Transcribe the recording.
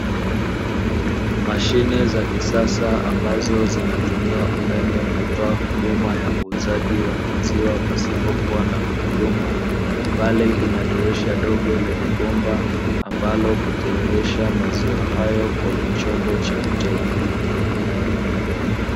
Mashine za kisasa ambazo zinatumia umeme kutoa huduma ya uuzaji wa maziwa pasipo kuwa na muhudumu, bali ina dirisha dogo lenye bomba ambalo hutiririsha maziwa hayo kwenye chombo cha mteja.